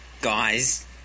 Guys